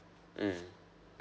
mm